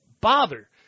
bother